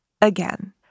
again